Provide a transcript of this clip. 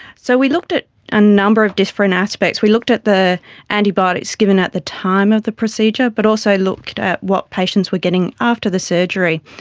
so we looked at a number of different aspects, we looked at the antibiotics given at the time of the procedure, but also looked at what patients were getting after the surgery,